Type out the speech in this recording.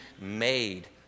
made